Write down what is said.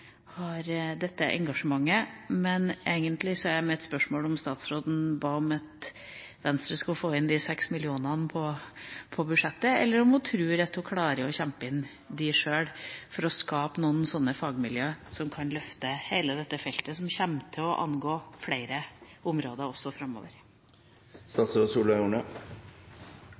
dette engasjementet. Men egentlig er mitt spørsmål om statsråden ba om at Venstre skulle få inn disse 6 mill. kr på budsjettet, eller om hun tror at hun klarer å kjempe dem inn sjøl for å skape noen fagmiljøer som kan løfte hele dette feltet, som også kommer til å angå flere områder framover.